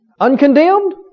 Uncondemned